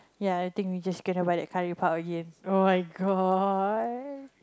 ya I think we just cannot buy that curry puff again oh-my-god